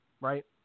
Right